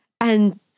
and-